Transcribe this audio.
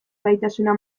gaitasuna